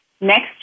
next